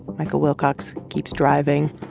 michael wilcox keeps driving